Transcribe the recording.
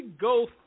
go